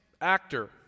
actor